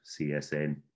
CSN